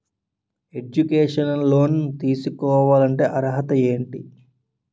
Educational loan తీసుకోవాలంటే అర్హత ఏంటి?